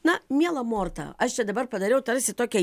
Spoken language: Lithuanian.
na miela morta aš čia dabar padariau tarsi tokią